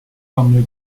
family